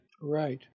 Right